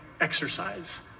exercise